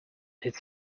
its